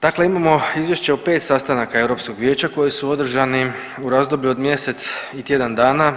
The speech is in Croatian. Dakle, imamo izvješće o 5 sastanaka Europskog vijeća koji su održani u razdoblju od mjesec i tjedan dana.